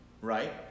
right